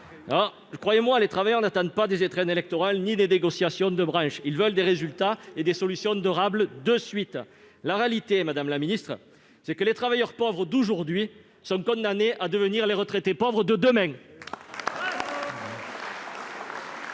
! Croyez-moi, les travailleurs n'attendent pas des étrennes électorales ni des négociations de branche ; ils veulent des résultats et des solutions durables, de suite. La réalité, madame la ministre, c'est que les travailleurs pauvres d'aujourd'hui sont condamnés à devenir les retraités pauvres de demain